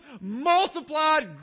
multiplied